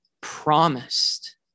promised